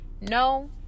no